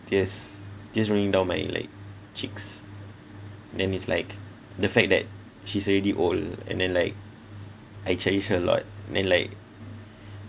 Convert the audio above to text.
tears tears running down my like cheeks then it's like the fact that she's already old and then like I cherish her a lot then like